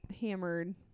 hammered